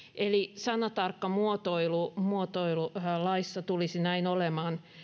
sanatarkka muotoilu muotoilu laissa tulisi näin olemaan